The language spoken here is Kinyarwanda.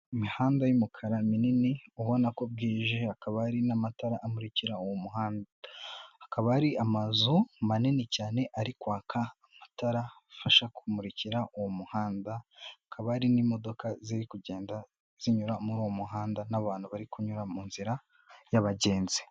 Imihanda y'umukara minini ubona ko bwije hakaba hari n'amatara amurikira uwo muhanda, hakaba hari amazu manini cyane ari kwaka amatara afasha kumurikira uwo muhanda, hakaba hari n'imodoka ziri kugenda zinyura muri uwo muhanda n'abantu bari kunyura mu nzira y'abagenzi.